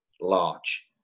large